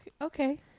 okay